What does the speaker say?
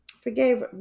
Forgave